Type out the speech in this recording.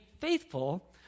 faithful